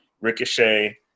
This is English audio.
Ricochet